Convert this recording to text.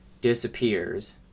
disappears